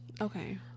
Okay